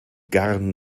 garn